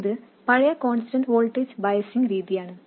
ഇത് പഴയ constant voltage biasing രീതിയാണ്